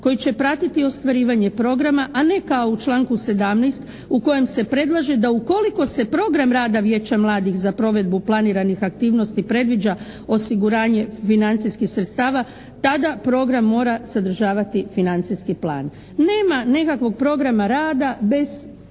koji će pratiti ostvarivanje programa a ne kao u članku 17. u kojem se predlaže da ukoliko se program rada vijeća mladih za provedbu planiranih aktivnosti predviđa osiguranje financijskih sredstava, tada program mora sadržavati financijski plan. Nema nekakvog programa rada bez praćenja